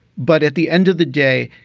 but at the end of the day,